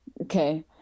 Okay